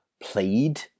played